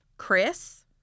Chris